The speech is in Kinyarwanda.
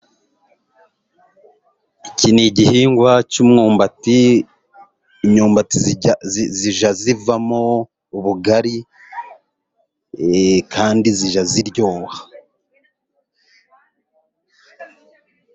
Iki ni igihingwa cy'imyumbati, imyumbati zijya zivamo ubugari kandi zijya ziryoha.